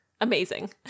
Amazing